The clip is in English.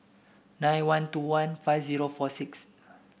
nine one two one five zero four six